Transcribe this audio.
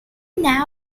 now